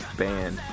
band